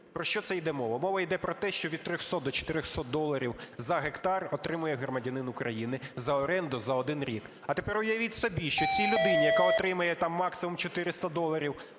Про що це йде мова? Мова йде про те, що від 300 до 400 доларів за гектар отримає громадянин України за оренду за один рік. А тепер уявіть собі, що цій людині, яка отримає там максимум 400 доларів